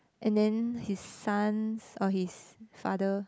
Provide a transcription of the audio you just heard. and then his sons or his father